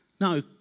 No